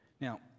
Now